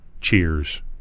Cheers